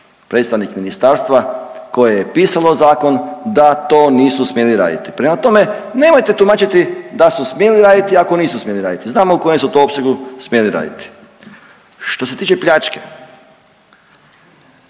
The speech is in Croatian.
predstavnik ministarstva koje je pisalo zakon da to nisu smjeli raditi. Prema tome nemojte tumačiti da su smjeli raditi ako nisu smjeli raditi, znamo u kojem su to opsegu smjeli raditi. Što se tiče pljačke